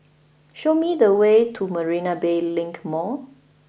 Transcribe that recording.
show me the way to Marina Bay Link Mall